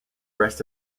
rest